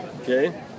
Okay